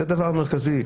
זה דבר מרכזי.